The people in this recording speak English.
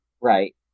right